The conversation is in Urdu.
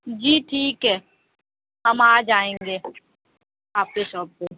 جی ٹھیک ہے ہم آ جائیں گے آپ کی شاپ پہ